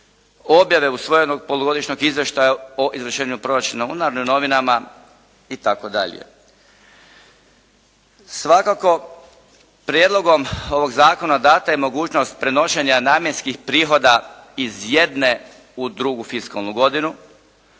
objave usvojenog polugodišnjeg izvještaja o izvršenju proračuna u “Narodnim novinama“ itd. Svakako, prijedlogom ovog zakona dana je mogućnost prenošenja namjenskih prihoda iz jedne u drugu fiskalnu godinu